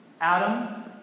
Adam